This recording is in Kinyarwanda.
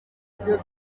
kintu